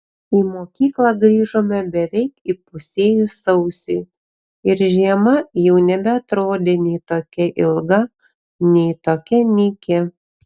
į mokyklą grįžome beveik įpusėjus sausiui ir žiema jau nebeatrodė nei tokia ilga nei tokia nyki